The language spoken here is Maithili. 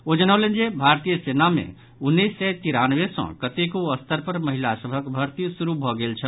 ओ जनौलनि जे भारतीय सेना मे उन्नीस सय तिरानवे सॅ कतेको स्तर पर महिला सभक भर्ती शुरू भऽ गेल छल